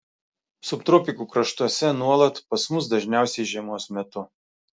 subtropikų kraštuose nuolat pas mus dažniausiai žiemos metu